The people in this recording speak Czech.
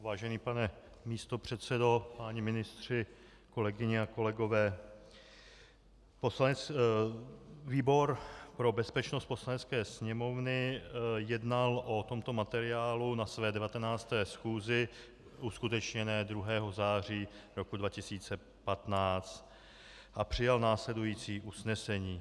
Vážený pane místopředsedo, páni ministři, kolegyně a kolegové, výbor pro bezpečnost Poslanecké sněmovny jednal o tomto materiálu na své 19. schůzi uskutečněné 2. září roku 2015 a přijal následující usnesení.